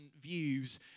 views